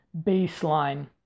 baseline